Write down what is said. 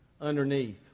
underneath